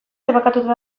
debekatuta